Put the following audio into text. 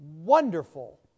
wonderful